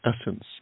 essence